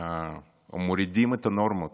או מורידים את הנורמות?